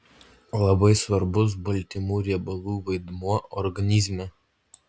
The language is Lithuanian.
labai svarbus baltymų riebalų vaidmuo organizme